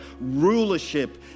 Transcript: rulership